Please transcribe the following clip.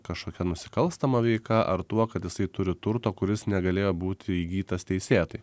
kažkokia nusikalstama veika ar tuo kad jisai turi turto kuris negalėjo būti įgytas teisėtai